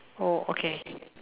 oh okay